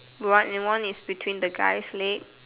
what and one is between the guy's legs